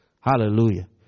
Hallelujah